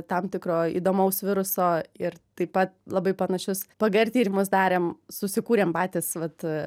tam tikro įdomaus viruso ir taip pat labai panašius pgr tyrimus darėm susikūrėm patys vat